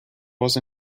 was